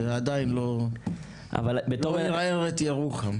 זה לא מערער את ירוחם,